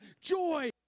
joy